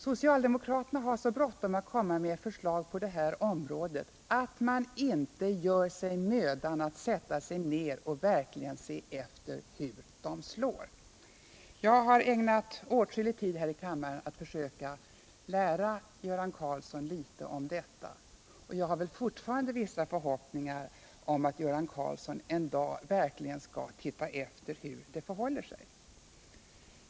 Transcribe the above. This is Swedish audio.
Socialdemokraterna har så bråttom att komma med förslag på det här området att de inte tar sig tid att verkligen inse hur förslagen slår. Jag har ägnat åtskillig tid här i kammaren åt att försöka lära Göran Karlsson litet om detta, och jag har fortfarande vissa förhoppningar om att Göran Karlsson en dag skall inse hur det verkligen förhåller sig.